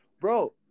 bro